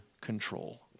control